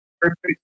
perfect